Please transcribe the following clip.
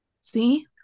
see